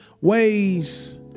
ways